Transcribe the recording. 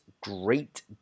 great